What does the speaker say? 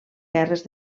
guerres